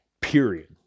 Period